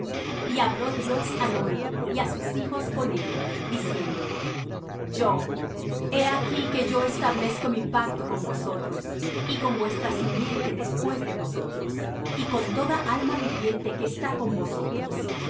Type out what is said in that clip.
y habló dios á noé y á sus hijos con él diciendo yo he aquí que yo establezco mi pacto con vosotros y con vuestra simiente después de vosotros y con toda alma viviente que está con vosotros